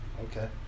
Okay